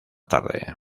tarde